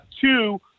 two